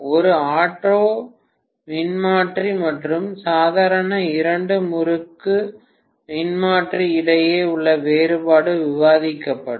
ஒரு ஆட்டோ மின்மாற்றி மற்றும் சாதாரண இரண்டு முறுக்கு மின்மாற்றி இடையே உள்ள வேறுபாடு விவாதிக்கப்படும்